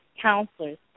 counselors